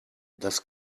das